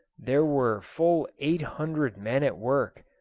there were full eight hundred men at work,